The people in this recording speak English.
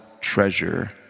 treasure